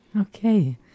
Okay